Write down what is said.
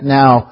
now